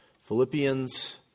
Philippians